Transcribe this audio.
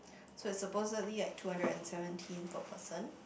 so it's supposedly like two hundred and seventeen per person